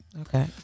Okay